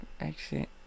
Exit